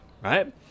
right